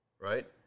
right